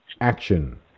action